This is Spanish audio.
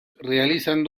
realizan